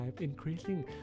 increasing